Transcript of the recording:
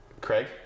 Craig